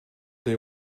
they